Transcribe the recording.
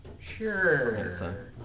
Sure